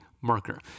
marker